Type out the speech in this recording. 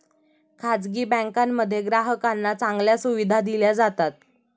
खासगी बँकांमध्ये ग्राहकांना चांगल्या सुविधा दिल्या जातात